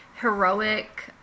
heroic